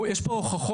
ויש פה הוכחות,